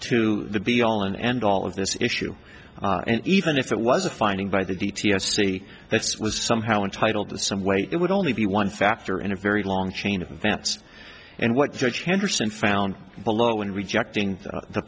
to the be all and end all of this issue and even if it was a finding by the d t s say that's was somehow entitled to some way it would only be one factor in a very long chain of events and what the church henderson found below and rejecting the